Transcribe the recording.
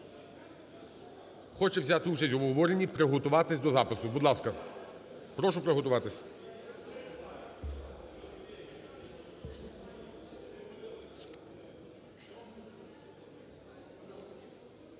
хоче взяти участь в обговоренні, приготуватись до запису. Будь ласка, прошу приготуватись.